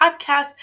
podcast